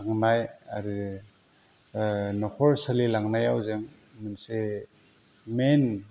खांनाय आरो न'खर सोलिलांनायाव जों मोनसे मेइन